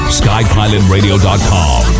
skypilotradio.com